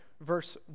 verse